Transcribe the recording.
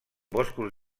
boscos